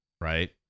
right